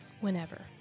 Whenever